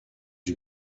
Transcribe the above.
you